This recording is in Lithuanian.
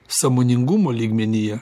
sąmoningumo lygmenyje